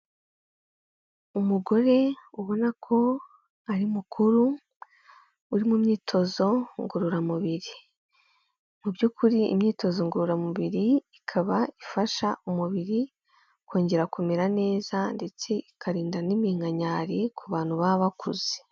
Umugore ubona ko ari mukuru uri mu myitozo ngororamubiri. Mu by'ukuri imyitozo ngororamubiri ikaba ifasha umubiri kongera kumera neza, ndetse ikarinda n'iminkanyari ku bantu baba bakuze.